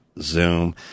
zoom